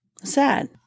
sad